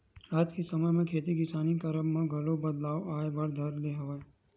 आज के समे म खेती किसानी करब म घलो बदलाव आय बर धर ले हवय